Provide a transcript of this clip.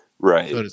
Right